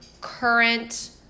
current